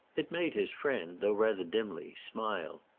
it made his friend though rather dimly smile.